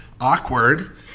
Awkward